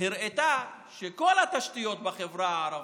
הראתה שכל התשתיות בחברה הערבית,